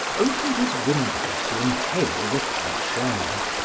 opened his window to inhale the fresh air.